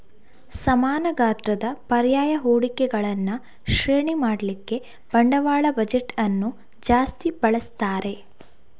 ಸಮಾನ ಗಾತ್ರದ ಪರ್ಯಾಯ ಹೂಡಿಕೆಗಳನ್ನ ಶ್ರೇಣಿ ಮಾಡ್ಲಿಕ್ಕೆ ಬಂಡವಾಳ ಬಜೆಟ್ ಅನ್ನು ಜಾಸ್ತಿ ಬಳಸ್ತಾರೆ